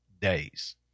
days